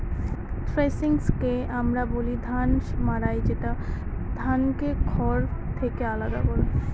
থ্রেশিংকে আমরা বলি ধান মাড়াই যেটা ধানকে খড় থেকে আলাদা করে